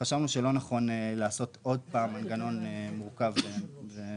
חשבנו שלא נכון לעשות עוד פעם מנגנון מורכב ומסובך,